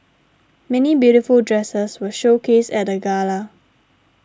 many beautiful dresses were showcased at the gala